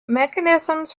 mechanisms